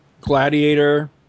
Gladiator